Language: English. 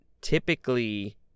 Typically